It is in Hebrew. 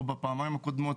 או בפעמיים הקודמות,